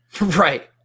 Right